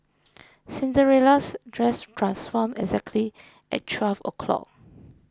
Cinderella's dress transformed exactly at twelve o'clock